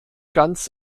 ganz